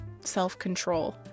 self-control